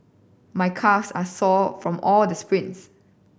my calves are sore from all the sprints